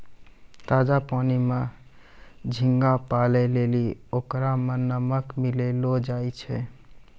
ताजा पानी में झींगा पालै लेली ओकरा में नमक मिलैलोॅ जाय छै